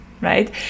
right